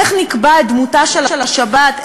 איך נקבע את דמותה של השבת,